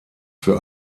für